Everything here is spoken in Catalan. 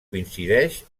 coincideix